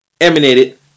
emanated